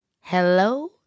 Hello